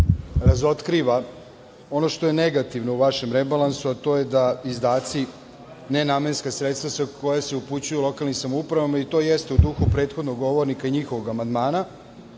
razotkriva ono što je negativno u vašem rebalansu, a to je da se izdaci, nenamenska sredstva koja se upućuju lokalnim samoupravama, i to jeste u duhu prethodnog govornika i njihovog amandmana,